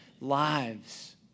lives